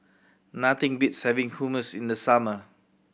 nothing beats having Hummus in the summer